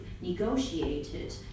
negotiated